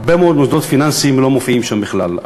הרבה מאוד מוסדות פיננסיים לא מופיעים שם בכלל.